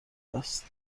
است